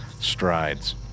strides